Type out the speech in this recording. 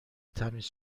تمیز